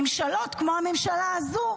ממשלות כמו הממשלה הזו,